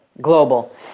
global